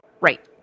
Right